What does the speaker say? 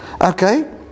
Okay